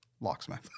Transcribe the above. Locksmith